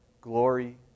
Glory